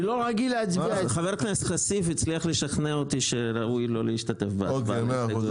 חבר הכנסת כסיף הצליח לשכנע אותי שראוי לא להשתתף --- הצבעה לא אושר.